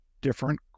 different